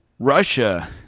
Russia